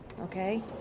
okay